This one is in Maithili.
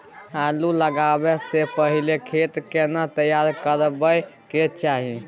आलू लगाबै स पहिले खेत केना तैयार करबा के चाहय?